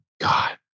God